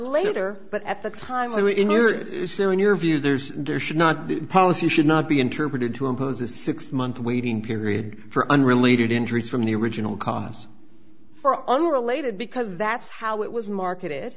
later but at the time so in your in your view there's there should not be a policy should not be interpreted to impose a six month waiting period for unrelated injuries from the original cause for unrelated because that's how it was marketed